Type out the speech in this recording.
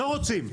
לא רוצים.